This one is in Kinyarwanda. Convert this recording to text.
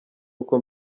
uko